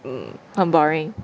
mm too boring